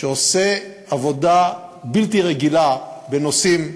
שעושה עבודה בלתי רגילה בנושאים מסוימים.